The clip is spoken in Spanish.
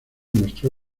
mostró